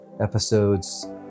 episodes